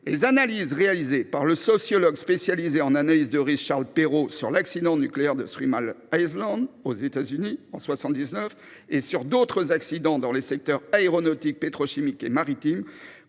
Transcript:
Les analyses réalisées par le sociologue spécialisé en analyse de risque Charles Perrow sur l’accident nucléaire de Three Mile Island, aux États Unis, le 28 mars 1979, et sur d’autres accidents dans les secteurs aéronautique, pétrochimique et maritime